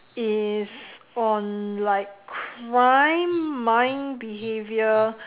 is on like crime mind behaviour